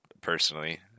personally